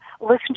Listen